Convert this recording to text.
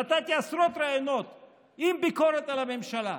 נתתי עשרות ראיונות עם ביקורת על הממשלה.